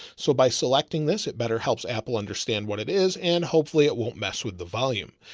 so by selecting this, it better helps apple understand what it is. and hopefully it won't mess with the volume.